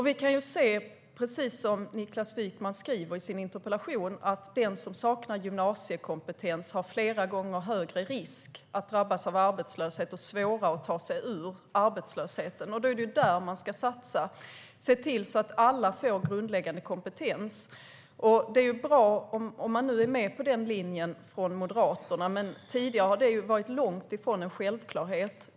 Vi kan se, precis som Niklas Wykman skriver i sin interpellation, att den som saknar gymnasiekompetens löper flera gånger högre risk att drabbas av arbetslöshet och har svårare att ta sig ur arbetslösheten. Då är det där man ska satsa och se till att alla får grundläggande kompetens. Det är ju bra om Moderaterna nu är med på den linjen, men tidigare har det varit långt ifrån någon självklarhet.